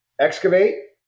excavate